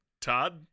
Todd